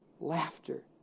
Laughter